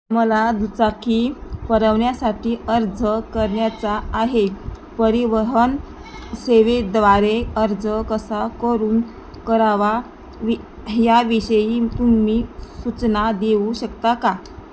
मला दुचाकी परवान्यासाठी अर्ज करण्याचा आहे परिवहन सेवेद्वारे अर्ज कसा करून करावा वि ह्याविषयी तुम्ही सूचना देऊ शकता का